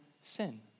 sin